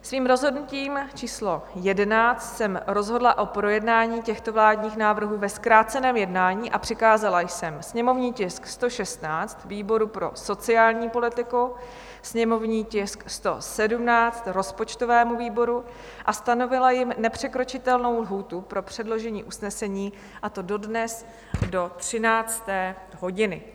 Svým rozhodnutím číslo 11 jsem rozhodla o projednání těchto vládních návrhů ve zkráceném jednání, přikázala jsem sněmovní tisk 116 výboru pro sociální politiku, sněmovní tisk 117 rozpočtovému výboru a stanovila jim nepřekročitelnou lhůtu pro předložení usnesení, a to do dnes do 13. hodiny.